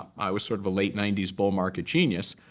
i was sort of a late ninety s bull market genius.